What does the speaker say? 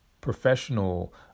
professional